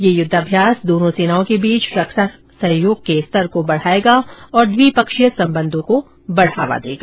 ये युद्धाभ्यास दोनों सेनाओं के बीच रक्षा सहयोग के स्तर को बढ़ाएगा और द्विपक्षीय संबंधों को बढ़ावा देगा